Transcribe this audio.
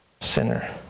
sinner